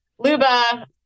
Luba